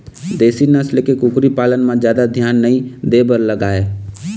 देशी नसल के कुकरी पालन म जादा धियान नइ दे बर लागय